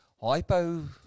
hypo